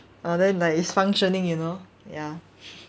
orh then like it's functioning you know ya